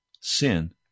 sin